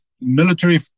military